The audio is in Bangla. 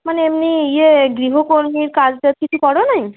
মানে এমনি ইয়ে গৃহকরণীর কাজ টাজ কিছু করোনি